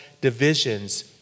divisions